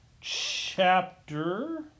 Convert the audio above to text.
chapter